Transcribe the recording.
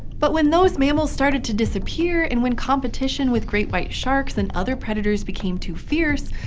but when those mammals started to disappear, and when competition with great white sharks and other predators became too fierce,